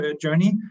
journey